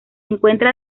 encuentra